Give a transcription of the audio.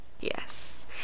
Yes